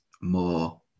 more